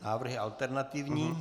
Návrh je alternativní.